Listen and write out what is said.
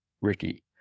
Ricky